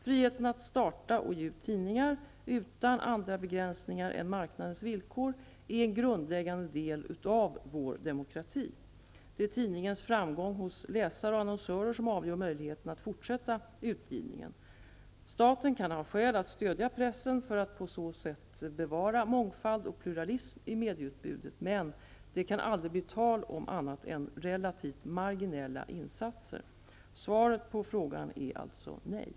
Friheten att starta och ge ut tidningar, utan andra begränsningar än marknadens villkor, är en grundläggande del av vår demokrati. Det är tidningens framgång hos läsare och annonsörer som avgör möjligheten att fortsätta utgivningen. Staten kan ha skäl att stödja pressen för att på så sätt bevara mångfald och pluralism i medieutbudet, men det kan aldrig bli tal om annat än relativt marginella insatser. Svaret på frågan är alltså nej.